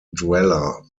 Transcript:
dweller